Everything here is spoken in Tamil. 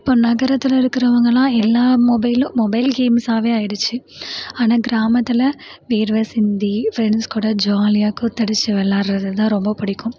இப்போ நகரத்தில் இருக்கிறவங்கள்லாம் எல்லா மொபைலும் மொபைல் கேம்ஸ்ஸாவே ஆயிடுச்சு ஆனால் கிராமத்தில் வேர்வை சிந்தி ஃப்ரெண்ட்ஸ் கூட ஜாலியாக கூத்தடுச்சு விளாடுறது தான் ரொம்ப பிடிக்கும்